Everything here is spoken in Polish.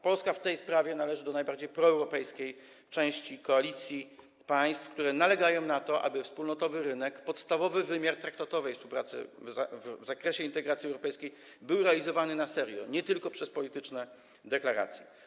Polska w tej sprawie należy do najbardziej proeuropejskiej części koalicji państw, które nalegają na to, aby wspólnotowy rynek, podstawowy wymiar traktatowej współpracy w zakresie integracji europejskiej był realizowany na serio, nie tylko przez polityczne deklaracje.